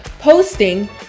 posting